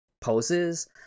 poses